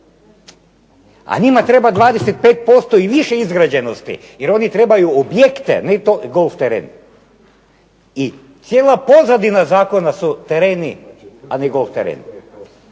a njima treba 25% i više izgrađenosti jer oni trebaju objekte, ne golf teren. I cijela pozadina zakona su tereni, a ne golf teren.